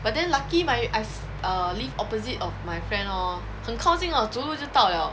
but then lucky my I err live opposite of my friend hor 很靠近的走路就到了